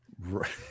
Right